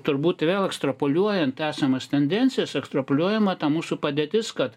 turbūt vėl ekstrapoliuojant esamas tendencijas ekstrapoliuojama ta mūsų padėtis kad